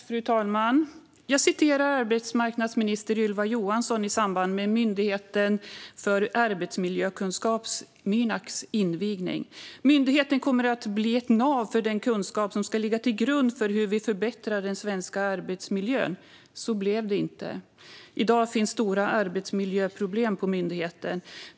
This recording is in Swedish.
Fru talman! Jag citerar arbetsmarknadsminister Ylva Johansson i samband med invigningen för Myndigheten för arbetsmiljökunskap, Mynak: "Myndigheten för arbetsmiljökunskap kommer att bli ett nav för den kunskap som ska ligga till grund för hur vi förbättrar den svenska arbetsmiljön." Så blev det inte. I dag finns det stora arbetsmiljöproblem på myndigheten.